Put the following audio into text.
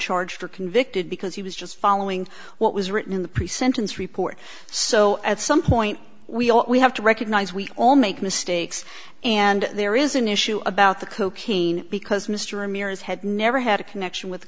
charged or convicted because he was just following what was written in the pre sentence report so at some point we all we have to recognize we all make mistakes and there is an issue about the cocaine because mr ramirez had never had a connection with